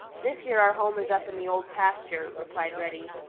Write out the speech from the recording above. this year our home is up in the old pasture, replied reddy.